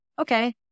okay